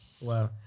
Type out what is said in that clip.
wow